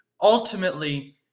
ultimately